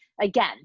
again